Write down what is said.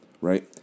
right